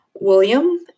William